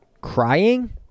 Crying